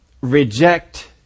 reject